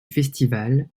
festival